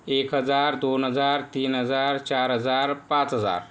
एक हजार दोन हजार तीन हजार चार हजार पाच हजार